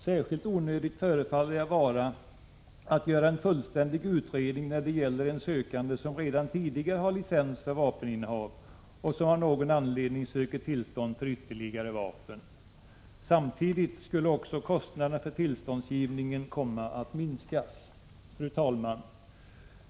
Särskilt onödigt förefaller det vara att göra en ny fullständig utredning när det gäller en sökande som redan tidigare har licens för vapeninnehav och som av någon anledning söker tillstånd för ytterligare vapen. Samtidigt med en ändring härvidlag skulle också kostnaderna för tillståndsgivningen komma att minskas. Fru talman!